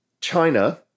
China